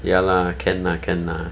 ya lah can lah can lah